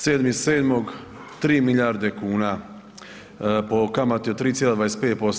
7.7. 3 milijarde kuna po kamati od 3,25%